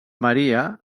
maria